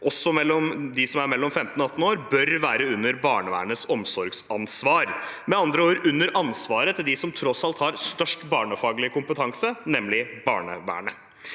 er mellom 15 og 18 år, bør være under barnevernets omsorgsansvar, med andre ord under ansvaret til dem som tross alt har størst barnefaglig kompetanse, nemlig barnevernet.